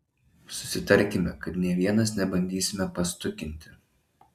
susitarkime kad nė vienas nebandysime pastukinti